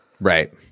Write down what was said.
Right